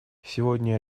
сегодня